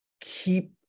keep